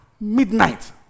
midnight